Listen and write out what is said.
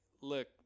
look